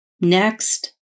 Next